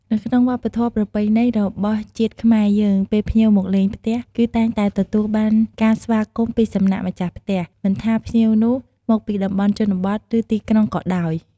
នៅក្នុងវប្បធម៌ប្រពៃណីរបស់ជាតិខ្មែរយើង ពេលភ្ញៀវមកលេងផ្ទះ គឺតែងតែទទួលបានការស្វាគមន៍ពីសំណាក់ម្ចាស់ផ្ទះ មិនថាភ្ញៀវនោះមកពីតំបន់ជនបទឬទីក្រុងក៏ដោយ។